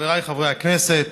חבריי חברי הכנסת,